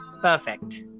Perfect